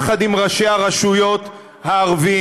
יחד עם ראשי הרשויות הערבים,